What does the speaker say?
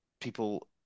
people